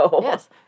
Yes